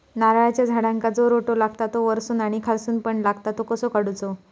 नारळाच्या झाडांका जो रोटो लागता तो वर्सून आणि खालसून पण लागता तो कसो काडूचो?